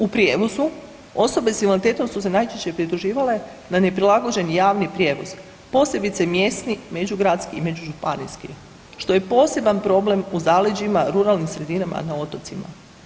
U prijevozu osobe s invaliditetom su se najčešće prituživale na neprilagođen javni prijevoz, posebice mjesni, međugradski i međužupanijski što je poseban problem u zaleđima, ruralnim sredinama, na otocima.